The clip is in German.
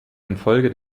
infolge